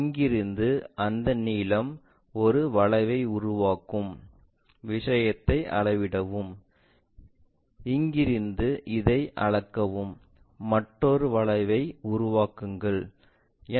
இங்கிருந்து அந்த நீளம் ஒரு வளைவை உருவாக்கும் விஷயத்தை அளவிடவும் இங்கிருந்து இதை அளக்கவும் மற்றொரு வளைவை உருவாக்குங்கள்